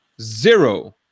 zero